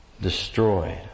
destroyed